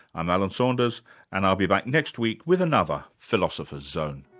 i'm alan saunders and i'll be back next week with another philosopher's zone